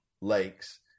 lakes